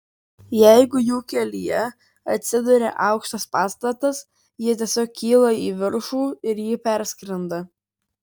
jeigu jų kelyje atsiduria aukštas pastatas jie tiesiog kyla į viršų ir jį perskrenda